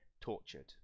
tortured